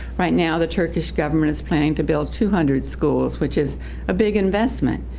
right now the turkish government is planning to build two hundred schools, which is a big investment